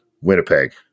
Winnipeg